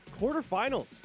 quarterfinals